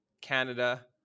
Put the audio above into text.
Canada